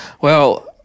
Well-